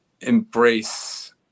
embrace